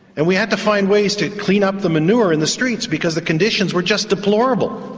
and we had to find ways to clean up the manure in the streets because the conditions were just deplorable.